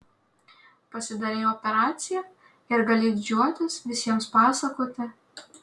pasidarei operaciją ir gali didžiuotis visiems pasakoti